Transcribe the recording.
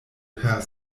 per